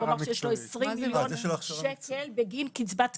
הוא אמר שיש לו 20 מיליון שקל בגין קצבת קיום.